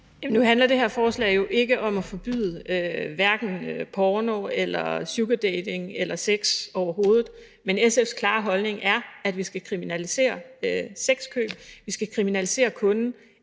Nu handler det her forslag jo ikke om at forbyde hverken porno eller sugardating eller sex overhovedet. Men SF's klare holdning er, at vi skal kriminalisere sexkøb. Vi skal kriminalisere kunden,